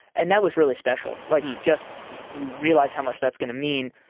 and that was really special. like, just you realize how much that's going to mean.